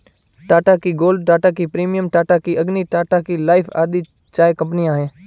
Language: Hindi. Tata tea gold, Tata tea premium, Tata tea Agni, Tata tea life आदि चाय कंपनियां है